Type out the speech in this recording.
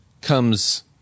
comes